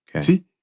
See